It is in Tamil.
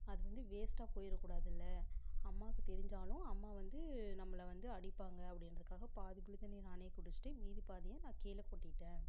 அது வந்து வேஸ்ட்டாக போயிடக்கூடாதுல்ல அம்மாவுக்கு தெரிஞ்சாலும் அம்மா வந்து நம்மளை வந்து அடிப்பாங்க அப்படின்றதுக்காக பாதி புளி தண்ணியை நானே குடித்துட்டு மீதி பாதியை நான் கீழே கொட்டிவிட்டேன்